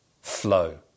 flow